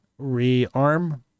rearm